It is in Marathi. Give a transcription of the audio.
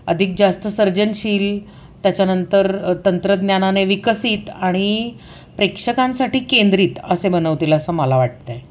अधिक जास्त सर्जनशील त्याच्यानंतर तंत्रज्ञानाने विकसित आणि प्रेक्षकांसाठी केंद्रित असे बनवतील असं मला वाटतंय